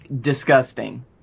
Disgusting